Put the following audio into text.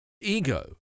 ego